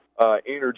energy